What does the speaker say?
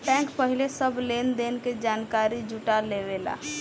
bank पहिले सब लेन देन के जानकारी जुटा लेवेला